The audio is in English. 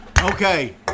Okay